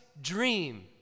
dream